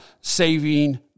saving